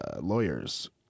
lawyers